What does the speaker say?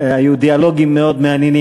היו דיאלוגים מאוד מעניינים.